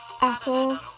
apple